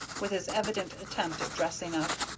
with his evident attempt at dressing up.